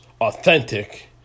authentic